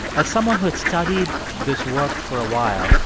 as someone who has studied this work for a while,